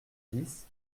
dix